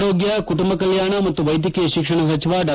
ಆರೋಗ್ಯ ಕುಟುಂಬ ಕಲ್ಯಾಣ ಮತ್ತು ವೈದ್ಯಕೀಯ ಶಿಕ್ಷಣ ಸಚಿವ ಡಾ